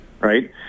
right